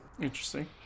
Interesting